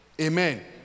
Amen